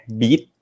beat